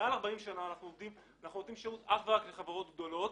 מעל 40 שנה אנחנו נותנים שירות אך ורק לחברות גדולות.